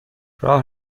راه